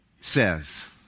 says